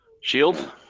Shield